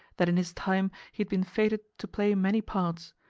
that in his time he had been fated to play many parts,